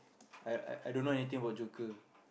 I I I don't know anything about joker